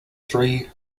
three